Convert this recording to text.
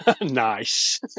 Nice